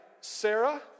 Sarah